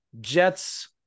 Jets